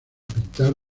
pintar